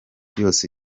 yose